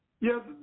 Yes